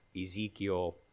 Ezekiel